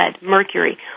mercury